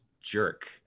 jerk